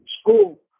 school